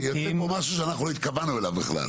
זה יוצא פה משהו שאנחנו לא התכוונו אליו בכלל.